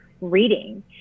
reading